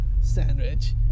Sandwich